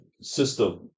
system